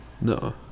No